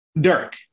Dirk